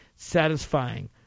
Satisfying